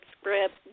script